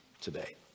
today